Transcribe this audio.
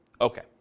Okay